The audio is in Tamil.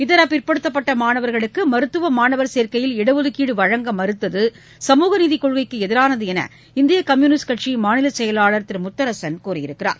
இதர பிற்படுத்தப்பட்ட மாணவர்களுக்கு மருத்துவ மாணவர் சேர்க்கையில் இடஒதுக்கீடு வழங்க மறுத்தது சமூக நீதி னெள்கைக்கு எதிரானது என்று இந்திய கம்யூனிஸ்ட் மாநில செயலாளர் திரு முத்தரசன் தெரிவித்துள்ளார்